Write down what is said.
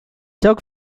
joc